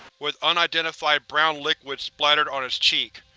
with unidentified brown liquid splattered on its cheek.